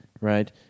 right